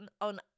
on